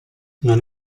non